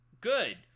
good